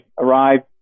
arrived